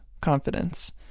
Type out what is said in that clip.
confidence